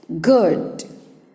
good